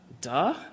Duh